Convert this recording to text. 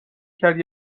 کرد